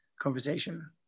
conversation